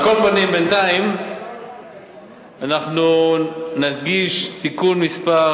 על כל פנים, בינתיים אנחנו נגיש תיקון מס'